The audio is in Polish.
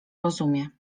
rozumie